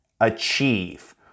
achieve